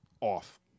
off